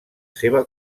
seva